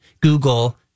Google